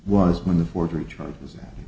was when the forgery charges that